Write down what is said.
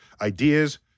ideas